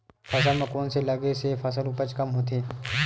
फसल म कोन से लगे से फसल उपज कम होथे?